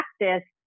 practice